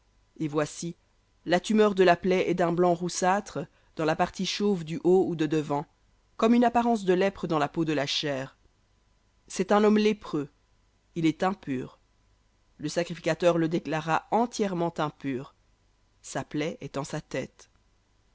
et voici la tumeur de la plaie est d'un blanc roussâtre dans la partie chauve du haut ou de devant comme une apparence de lèpre dans la peau de la chair cest un homme lépreux il est impur le sacrificateur le déclarera entièrement impur sa plaie est en sa tête